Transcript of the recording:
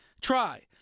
Try